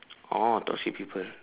oh toxic people